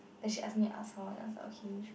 then she ask me to ask her then I was like okay